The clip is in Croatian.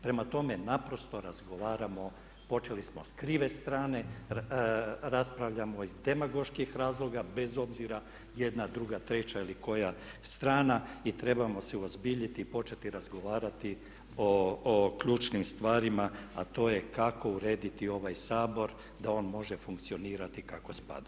Prema tome, naprosto razgovaramo, počeli smo s krive strane, raspravljamo iz demagoških razloga bez obzira jedna, druga, treća ili koja strana i trebamo se uozbiljiti i početi razgovarati o ključnim stvarima a to je kako urediti ovaj Sabor da on može funkcionirati kako spada.